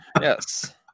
yes